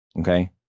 Okay